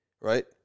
right